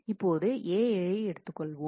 இப்போது A எடுத்துக்கொள்வோம்